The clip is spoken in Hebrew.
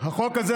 החוק הזה,